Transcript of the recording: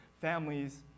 families